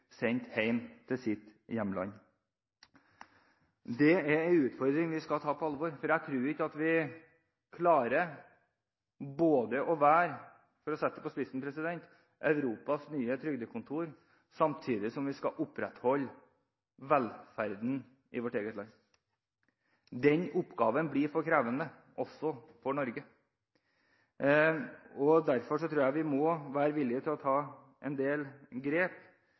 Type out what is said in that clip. sendt hjem til sitt hjemland. Det er en utfordring vi skal ta på alvor, for jeg tror ikke at vi klarer – for å sette det på spissen – å være Europas nye trygdekontor, samtidig som vi skal opprettholde velferden i vårt eget land. Den oppgaven blir for krevende, også for Norge, og derfor tror jeg vi må være villige til å ta en del grep.